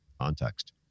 context